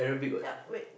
yup wait